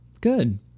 Good